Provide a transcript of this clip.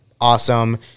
awesome